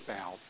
out